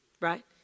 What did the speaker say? right